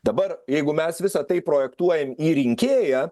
dabar jeigu mes visa tai projektuojam į rinkėją